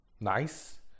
nice